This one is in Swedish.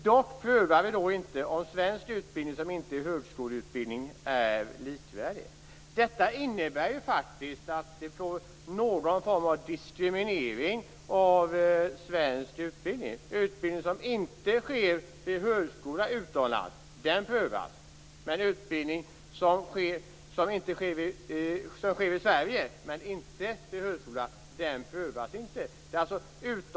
Dock prövar man inte om svensk utbildning som inte är högskoleutbildning är likvärdig. Det innebär att det blir en form av diskriminering av svensk utbildning. Utbildning som inte sker vid högskola utomlands prövas, men utbildning som sker i Sverige, men inte vid högskola, prövas inte.